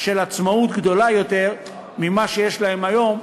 של עצמאות גדולה יותר ממה שיש להם היום,